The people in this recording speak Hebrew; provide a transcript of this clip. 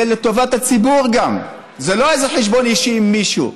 זה לטובת הציבור, זה לא איזה חשבון אישי עם מישהו.